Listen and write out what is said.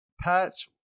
Patch